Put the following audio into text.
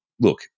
look